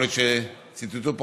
יכול להיות שציטטו פה,